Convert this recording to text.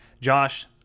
Josh